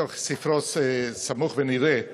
מתוך ספרו "סמוך ונראה",